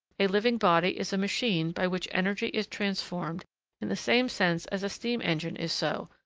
a living body is a machine by which energy is transformed in the same sense as a steam-engine is so,